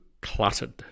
cluttered